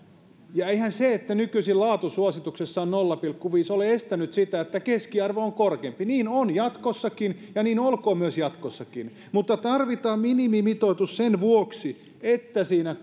ja eihän se että nykyisin laatusuosituksessa on nolla pilkku viisi ole estänyt sitä että keskiarvo on korkeampi niin on jatkossakin ja niin myös olkoon jatkossakin mutta tarvitaan minimimitoitus sen vuoksi että siinä